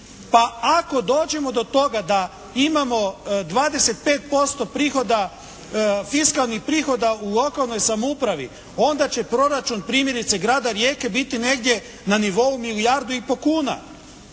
ako dođemo do toga da imamo 25% prihoda, fiskalnih prihoda u lokalnoj samoupravi, onda će proračun primjerice grada Rijeke biti negdje na nivou milijardu i pol kuna.